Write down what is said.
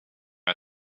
out